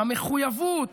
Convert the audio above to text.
המחויבות,